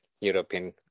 European